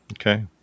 Okay